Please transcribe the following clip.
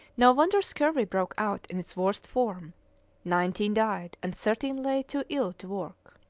no wonder scurvy broke out in its worst form nineteen died and thirteen lay too ill to work.